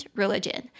religion